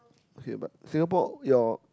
okay but Singapore your